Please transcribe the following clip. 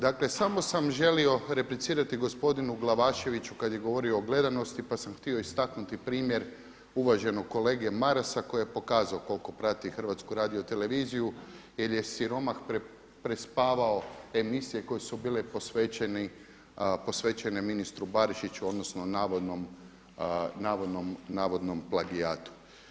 Dakle samo sam želio replicirati gospodinu Glavaševiću kada je govorio o gledanosti pa sam htio istaknuti primjer uvaženog kolege Marasa koji je pokazao koliko prati HRT jer je siromah prespavao emisije koje su bile posvećene ministru Barišiću odnosno navodnom plagijatu.